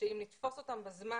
שאם נתפוס אותם בזמן,